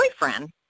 boyfriend